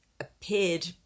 appeared